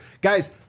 Guys